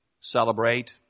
celebrate